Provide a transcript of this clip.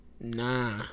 Nah